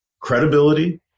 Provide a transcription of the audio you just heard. credibility